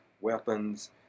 weapons